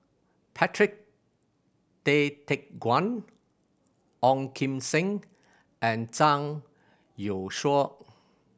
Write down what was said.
Patrick Tay Teck Guan Ong Kim Seng and Zhang Youshuo